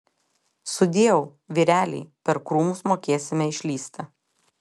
sudieu vyreliai per krūmus mokėsime išlįsti